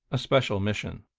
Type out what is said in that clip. a special mission,